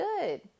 good